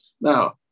now